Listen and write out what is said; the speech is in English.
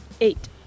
Eight